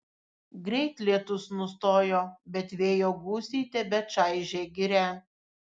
greit lietus nustojo bet vėjo gūsiai tebečaižė girią